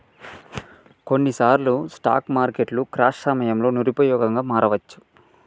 కొన్నిసార్లు స్టాక్ మార్కెట్లు క్రాష్ సమయంలో నిరుపయోగంగా మారవచ్చు